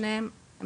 שניהם,